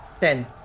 ten